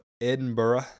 Edinburgh